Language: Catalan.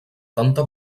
tanta